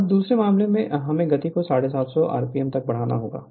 अब दूसरे मामले में हमें गति को 750 आरपीएम तक बढ़ाना होगा